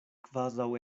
kvazaŭ